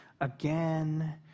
again